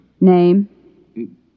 Name